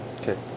okay